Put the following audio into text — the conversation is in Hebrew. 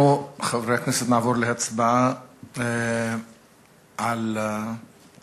אנחנו, חברי הכנסת, נעבור להצבעה על ההצעות